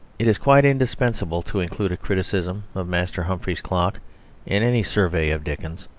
it is quite indispensable to include a criticism of master humphrey's clock in any survey of dickens,